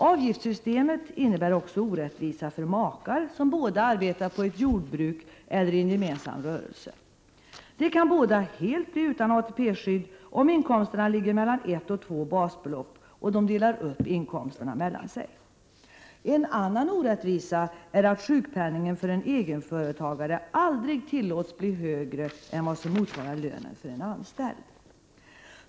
Avgiftssystemet innebär också orättvisa för makar som båda arbetar på ett jordbruk eller i en gemensam rörelse. De kan båda bli helt utan ATP-skydd, om inkomsterna ligger mellan ett och två basbelopp och de delar upp inkomsterna mellan sig. En annan orättvisa är att sjukpenningen för en egenföretagare aldrig tillåts bli högre än vad som motsvarar lönen för en anställd.